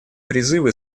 призывы